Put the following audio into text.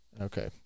Okay